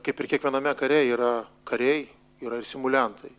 kaip ir kiekviename kare yra kariai yra ir simuliantai